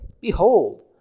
Behold